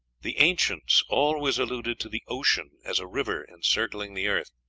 the ancients always alluded to the ocean as a river encircling the earth,